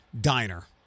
diner